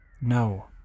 No